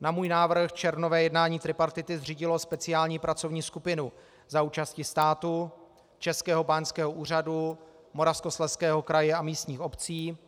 Na můj návrh červnové jednání tripartity zřídilo speciální pracovní skupinu za účasti státu, Českého báňského úřadu, Moravskoslezského kraje a místních obcí,